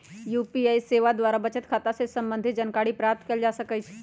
UPI सेवा द्वारा बचत खता से संबंधित जानकारी प्राप्त कएल जा सकहइ